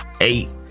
eight